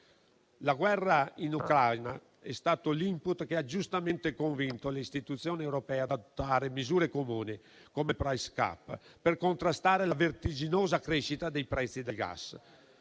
La guerra in Ucraina è stato l'*input* che ha giustamente convinto le Istituzioni europee ad adottare misure comuni, come il *price cap*, per contrastare la vertiginosa crescita dei prezzi del gas.